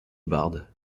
barbe